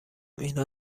اینا